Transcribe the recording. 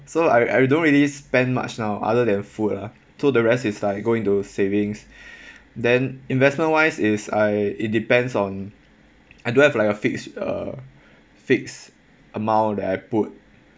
so I I don't really spend much now other than food ah so the rest is like going to savings then investment wise is I it depends on I don't have like a fixed uh fixed amount that I put